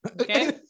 Okay